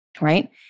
Right